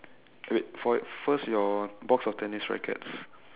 wait for first your box of tennis rackets